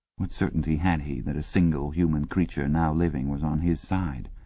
what certainty had he that a single human creature now living was on his side?